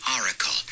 oracle